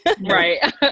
Right